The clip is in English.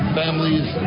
families